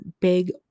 big